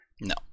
No